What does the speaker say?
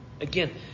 Again